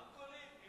עם רמקולים?